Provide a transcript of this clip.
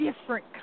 different